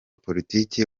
politiki